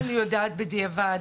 אני יודעת בדיעבד.